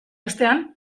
ostean